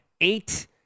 eight